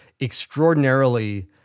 extraordinarily